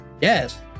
yes